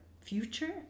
future